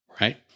right